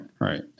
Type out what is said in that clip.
right